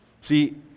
See